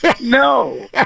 No